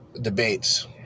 debates